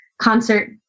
concert